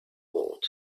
world